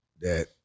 that-